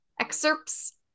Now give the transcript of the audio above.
Excerpts